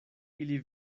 ili